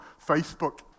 Facebook